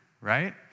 right